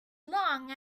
long